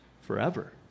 forever